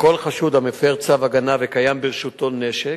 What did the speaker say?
וכל חשוד המפר צו הגנה וקיים ברשותו נשק,